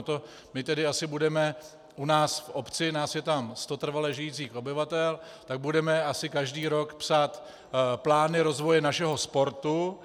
To my tedy asi budeme u nás v obci, nás je tam sto trvale žijících obyvatel, tak budeme asi každý rok psát plány rozvoje našeho sportu.